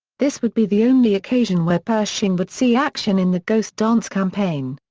this would be the only occasion where pershing would see action in the ghost dance campaign.